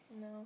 No